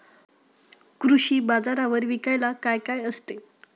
कृषी बाजारावर विकायला काय काय असते?